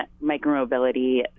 micro-mobility